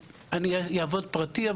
אני אעבוד פרטי,